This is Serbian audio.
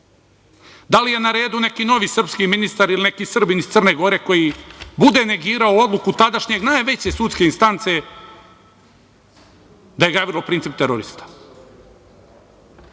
Da li je na redu neki novi srpski ministar ili Srbin iz Crne Gore koji bude negirao odluku tadašnjeg najveće sudske instance da je Gavrilo Princip terorista? Kada